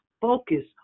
focus